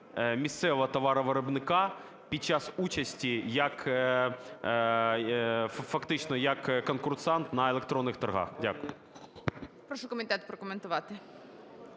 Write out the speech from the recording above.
місцевого товаровиробника під час участі фактично як конкурсант на електронних торгах? Дякую. ГОЛОВУЮЧИЙ. Прошу комітет прокоментувати.